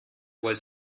was